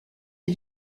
les